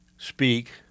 speak